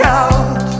out